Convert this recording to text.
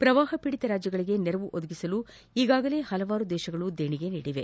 ಪ್ರವಾಹ ಪೀಡಿತ ರಾಜ್ಗಳಿಗೆ ನೆರವು ಒದಗಿಸಲು ಈಗಾಗಲೇ ಹಲವಾರು ದೇಶಗಳು ದೇಣಿಗೆ ನೀಡಿವೆ